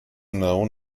known